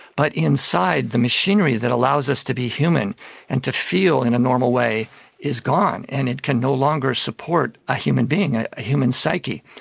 but inside, the machinery that allows us to be human and to feel in the normal way is gone and it can no longer support a human being, ah a human psyche.